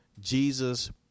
Jesus